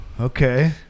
okay